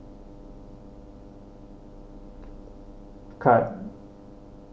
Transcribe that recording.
card